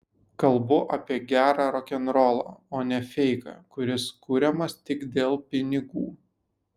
kalbu apie gerą rokenrolą o ne feiką kuris kuriamas tik dėl pinigų